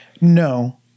No